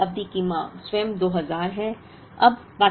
यदि पहली अवधि की मांग स्वयं 2000 है